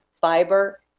fiber